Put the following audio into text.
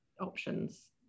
options